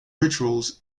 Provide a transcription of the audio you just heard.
rituals